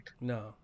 No